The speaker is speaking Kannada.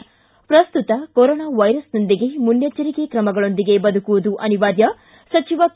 ಿ ಪ್ರಸ್ತುತ ಕೊರೊನಾ ವೈರಸ್ನೊಂದಿಗೆ ಮುನ್ನೆಚ್ಚರಿಕೆಯ ಕ್ರಮಗಳೊಂದಿಗೆ ಬದುಕುವುದು ಅನಿವಾರ್ಯ ಸಚಿವ ಕೆ